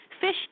Fish